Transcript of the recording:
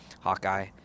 Hawkeye